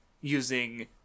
using